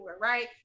right